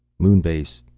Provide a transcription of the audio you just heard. moon base.